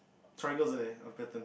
triangles are there of pattern